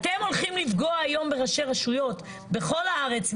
אתם הולכים לפגוע היום בראשי רשויות בכל הארץ,